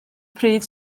pryd